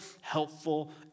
helpful